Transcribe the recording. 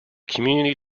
community